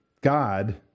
God